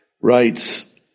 writes